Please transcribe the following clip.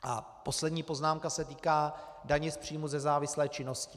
A poslední poznámka se týká daně z příjmů ze závislé činnosti.